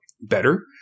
better